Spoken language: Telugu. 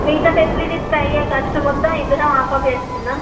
మిగతా ఫెసిలిటీస్కి అయ్యే ఖర్చు మొత్తం ఇద్దరం హాఫ్ హాఫ్ చేస్కుందాం